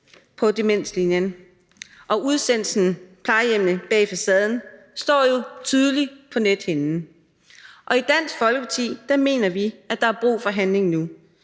på Demenslinien, og udsendelsen »Plejehjemmene bag facaden« står jo tydeligt på nethinden. I Dansk Folkeparti mener vi, at der er brug for handling nu.